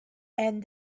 and